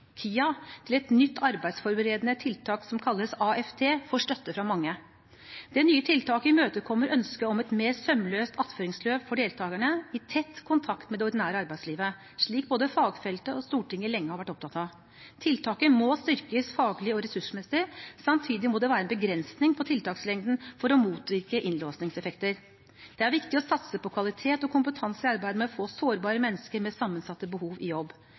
til et nytt arbeidsforberedende tiltak som kalles AFT, får støtte fra mange. Det nye tiltaket imøtekommer ønsket om et mer sømløst attføringsløp for deltakerne, i tett kontakt med det ordinære arbeidslivet, slik både fagfeltet og Stortinget lenge har vært opptatt av. Tiltaket må styrkes faglig og ressursmessig. Samtidig må det være en begrensning på tiltakslengden for å motvirke innlåsningseffekter. Det er viktig å satse på kvalitet og kompetanse i arbeidet med å få sårbare mennesker med sammensatte behov i jobb.